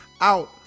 out